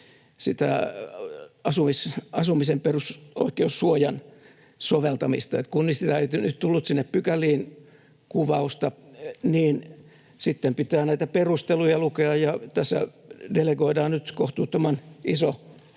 asumisen perusoikeussuojan soveltamista. Kun nyt ei tullut sinne pykäliin kuvausta, niin sitten pitää näitä perusteluja lukea, ja tässä delegoidaan nyt kohtuuttoman iso